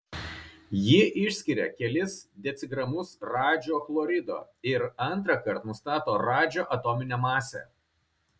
ji išskiria kelis decigramus radžio chlorido ir antrąkart nustato radžio atominę masę